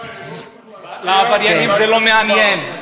העבריינים זה לא מעניין.